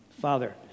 Father